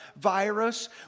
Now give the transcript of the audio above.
virus